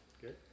Good